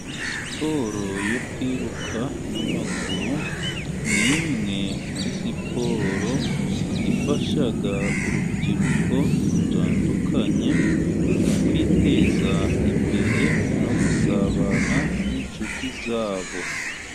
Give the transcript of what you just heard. Siporo yo kwiruka n'amaguru ni imwe muri siporo ifasha urubyiruko rutandukanye mu kwiteza imbere, no gusabana n'inshuti zabo.